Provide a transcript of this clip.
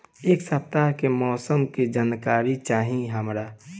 एक सपताह के मौसम के जनाकरी चाही हमरा